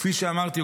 כפי שאמרתי,